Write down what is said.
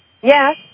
Yes